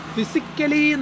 Physically